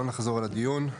לא נחזור על הדיון.